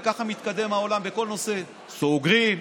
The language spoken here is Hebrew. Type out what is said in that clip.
וככה מתקדם העולם בכל נושא: סוגרים,